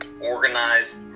organized